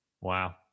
wow